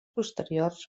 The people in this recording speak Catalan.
posteriors